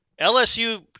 LSU